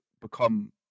become